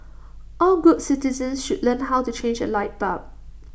all good citizens should learn how to change A light bulb